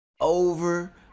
over